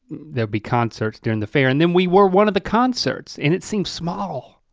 there'll be concerts during the fair and then we were one of the concerts and it seems small.